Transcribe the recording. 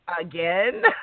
again